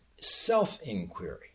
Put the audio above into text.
self-inquiry